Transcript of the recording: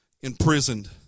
imprisoned